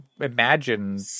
imagine